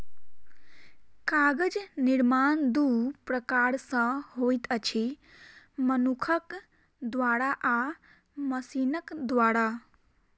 कागज निर्माण दू प्रकार सॅ होइत अछि, मनुखक द्वारा आ मशीनक द्वारा